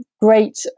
great